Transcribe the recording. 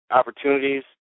opportunities